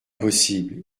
possible